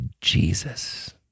Jesus